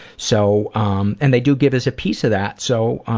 so um and they do give us a piece of that. so,